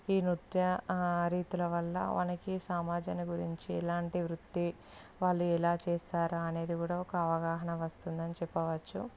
ఈ నృత్య ఆ రీతుల వల్ల వాళ్ళకి సమాజాన్ని గురించి ఎలాంటి వృత్తి వాళ్ళు ఎలా చేస్తారా అనేది కూడా ఒక అవగాహన వస్తుందని చెప్పవచ్చు